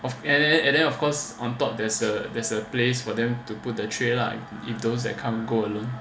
and then of course on top there's a there's a place for them to put the tray lah if those that come go alone